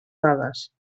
dades